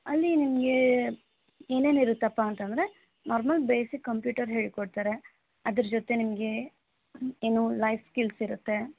ಅಲ್ಲಿ ನಿಮಗೆ ಏನೇನಿರುತ್ತಪ್ಪಾ ಅಂತಂದ್ರೆ ನಾರ್ಮಲ್ ಬೇಸಿಕ್ ಕಂಪ್ಯೂಟರ್ ಹೇಳಿಕೊಡ್ತಾರೆ ಅದ್ರ ಜೊತೆ ನಿಮಗೆ ಏನು ಲೈಫ್ ಸ್ಕಿಲ್ಸ್ ಇರುತ್ತೆ